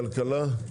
הכלכלה.